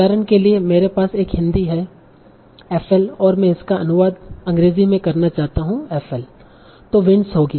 उदाहरण के लिए मेरे पास एक हिंदी है Refer Time 0348 FL और मैं इसका अनुवाद अंग्रेजी में करना चाहता हूं FL तों विंड्स होंगी